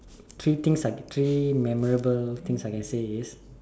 three things I three memorable things I can say is